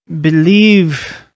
believe